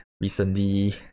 recently